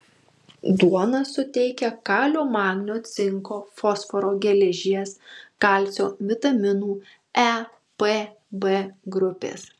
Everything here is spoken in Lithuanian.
duona suteikia kalio magnio cinko fosforo geležies kalcio vitaminų e p b grupės